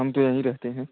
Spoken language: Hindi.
हम तो यहीं रहते हैं